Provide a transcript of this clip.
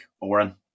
Oren